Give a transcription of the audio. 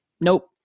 Nope